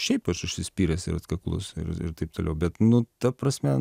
šiaip aš užsispyręs ir atkaklus ir ir taip toliau bet nu ta prasme